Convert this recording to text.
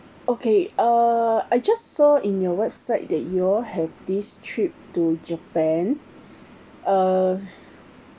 okay uh I just saw in your website that you all have this trip to japan uh